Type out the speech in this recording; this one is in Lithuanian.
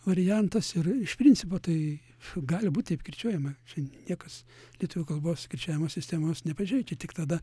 variantas ir iš principo tai gali būt taip kirčiuojama čia niekas lietuvių kalbos kirčiavimo sistemos nepažeidžia tik tada